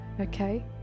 okay